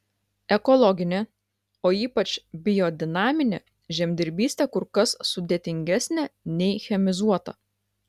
ekologinė o ypač biodinaminė žemdirbystė kur kas sudėtingesnė nei chemizuota